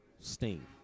steam